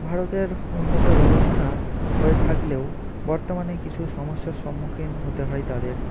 ভারতের উন্নত ব্যবস্থা হয়ে থাকলেও বর্তমানে কিছু সমস্যার সম্মুখীন হতে হয় তাদের